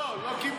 לא, לא קיבל.